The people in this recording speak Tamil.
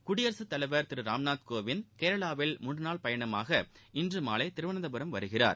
குடியரசுத்தலைவா் திரு ராம்நாத் கோவிந்த் கேரளாவில் மூன்று நாள் பயணமாக இன்று மாலை திருவனந்தபுரம் வருகிறார்